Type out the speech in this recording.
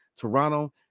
toronto